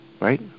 right